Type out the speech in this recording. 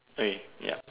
okay yep